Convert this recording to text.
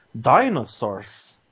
dinosaurs